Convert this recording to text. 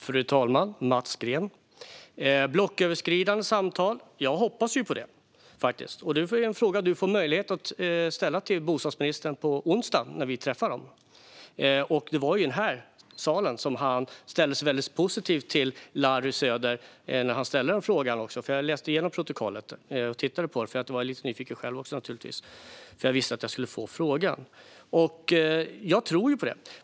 Fru talman och Mats Green! Jag hoppas faktiskt på blocköverskridande samtal. Det är en fråga du får möjlighet att ställa till bostadsministern på onsdag, när vi träffar honom. Det var i den här salen som han ställde sig väldigt positiv till Larry Söder - han ställde också frågan. Jag läste igenom protokollet. Jag var naturligtvis lite nyfiken själv, för jag visste att jag skulle få frågan. Jag tror på detta.